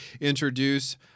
introduce